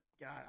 God